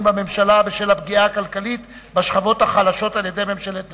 בממשלה בשל הפגיעה הכלכלית בשכבות החלשות על-ידי ממשלת נתניהו.